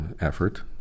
effort